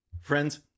friends